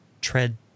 tread